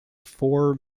four